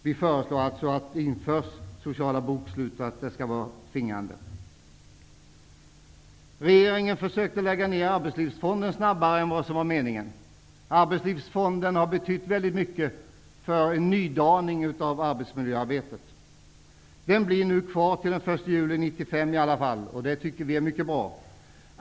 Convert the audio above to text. Vi föreslår alltså att det införs sociala bokslut och att detta skall vara tvingande. Regeringen försökte lägga ned Arbetslivsfonden snabbare än vad som var meningen. Arbetslivsfonden har betytt väldigt mycket för en nydaning av arbetsmiljöarbetet. Arbetslivsfonden blir nu kvar till den 1 juli 1995, vilket vi tycker är mycket bra.